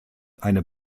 eine